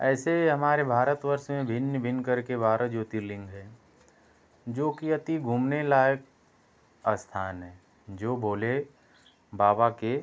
ऐसे ही हमारे भारत वर्ष में भिन्न भिन्न करके बारह ज्योतिर्लिंग है जो कि अति घूमने लायक अस्थान है जो भोले बाबा के